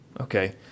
Okay